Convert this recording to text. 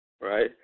right